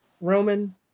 Roman